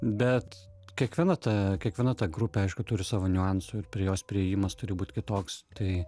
bet kiekviena ta kiekviena ta grupė aišku turi savo niuansų ir prie jos priėjimas turi būt kitoks tai